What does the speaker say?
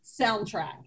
soundtrack